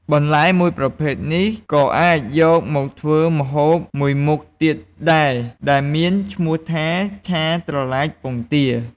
បន្លែមួយប្រភេទនេះក៏៏អាចយកមកធ្វើម្ហូបមួយមុខទៀតដែរ ដែលមានឈ្មោះថាឆាត្រឡាចពងទា។